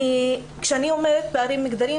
כשאני אומרת 'פערים מגדריים',